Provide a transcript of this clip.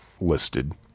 listed